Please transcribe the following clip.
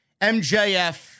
MJF